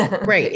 Right